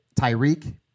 Tyreek